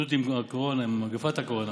להתמודדות עם הקורונה, עם מגפת הקורונה,